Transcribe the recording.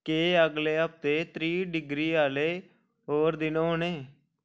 केह् अगले हफ्तै त्रीह् डिग्री आह्ले होर दिन होने